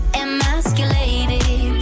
emasculated